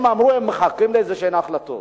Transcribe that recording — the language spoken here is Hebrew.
הם אמרו שהם מחכים לאיזשהן החלטות.